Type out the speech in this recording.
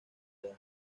real